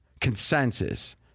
consensus